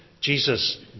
Jesus